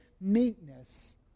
meekness